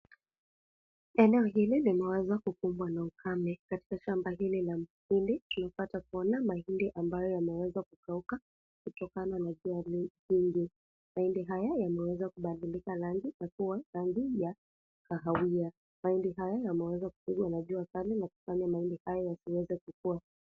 Eneo hili limeweza kukubwa na ukame, katika shamba hili la mahindi tunapata kuona mahindi ambayo yameweza kukauka kutokana na jua mingi, mahindi haya yameweza kubadilika rangi na kuwa na rangi ya kahawia, mahindi haya yameweza kupigwa na jua Kali na kufanya mahindi haya yasiweze kukuwa.